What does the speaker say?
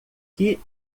que